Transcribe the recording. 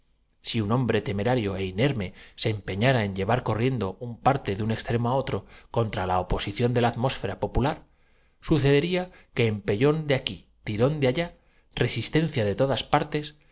si un hombre temerario é inerme se empeñara en lle grito de alegría var corriendo un parte de un extremo á otro contra la de modo que el viajero acabará por no existir á oposición de la atmósfera popular sucedería que em fuerza de irse achicando pellón de aquí tirón de allá resistencia de todas par